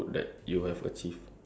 from your childhood ya